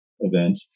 event